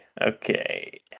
Okay